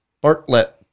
Bartlett